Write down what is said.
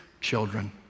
children